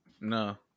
no